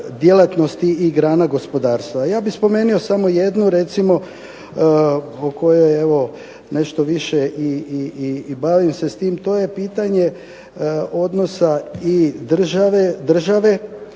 djelatnosti i grana gospodarstva. Ja bih spomenuo samo jednu, recimo o kojoj evo nešto više i bavim se s tim. To je pitanje odnosa i države po